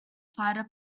fighter